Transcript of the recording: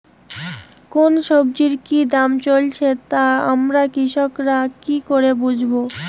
কোন সব্জির কি দাম চলছে তা আমরা কৃষক রা কি করে বুঝবো?